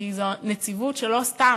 כי זו נציבות שהיא לא סתם,